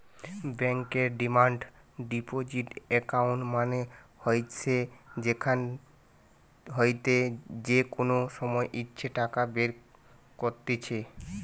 বেঙ্কর demand deposit account মানে হইসে যেখান হইতে যে কোনো সময় ইচ্ছে টাকা বের কত্তিছে